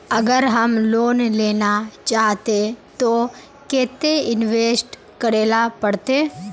अगर हम लोन लेना चाहते तो केते इंवेस्ट करेला पड़ते?